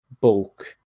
bulk